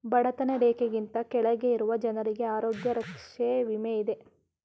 ಬಡತನ ರೇಖೆಗಿಂತ ಕೆಳಗೆ ಇರುವ ಜನರಿಗೆ ಆರೋಗ್ಯ ರಕ್ಷೆ ವಿಮೆ ಇದೆ